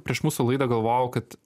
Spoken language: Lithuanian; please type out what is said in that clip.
prieš mūsų laidą galvojau kad